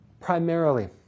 primarily